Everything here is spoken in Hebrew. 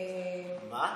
מה?